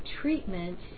treatment